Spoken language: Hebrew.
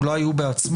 אולי הוא בעצמו.